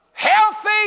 healthy